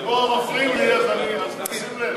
הם פה מפריעים לי, אז תשים לב.